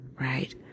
right